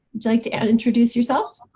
would you like to add introduce yourself?